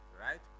right